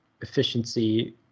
efficiency